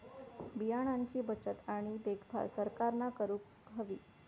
बियाणांची बचत आणि देखभाल सरकारना करूक हवी